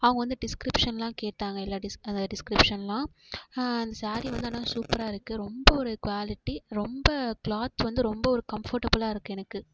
அவங்க வந்து டிஸ்கிரிப்ஷன்லாம் கேட்டாங்க எல்லா டிஸ் டிஸ்க்ரிப்ஷன்லாம் அந்த சாரீ வந்து ஆனாலும் சூப்பராக இருக்கு ரொம்ப ஒரு குவாலிட்டி ரொம்ப கிளாத் வந்து ரொம்ப ஒரு கம்ஃபர்டபுலாக இருக்கு எனக்கு